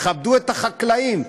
תכבדו את החקלאים,